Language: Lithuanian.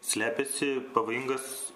slepiasi pavojingas